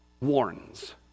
warns